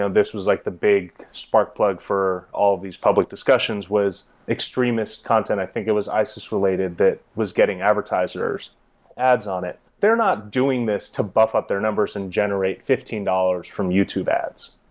and this was like the big spark plug for all of these public discussions was extremist content, i think it was isis related that was getting advertisers' ads on it. they're not doing this to buff up their number so and generate fifteen dollars from youtube ads.